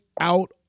out